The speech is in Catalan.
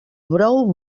brou